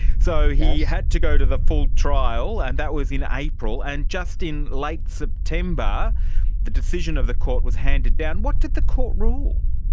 so he had to go to the full trial and that was in april. and just in late like september the decision of the court was handed down. what did the court rule?